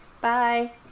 Bye